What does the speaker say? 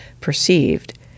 perceived